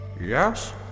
Yes